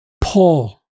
Paul